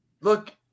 look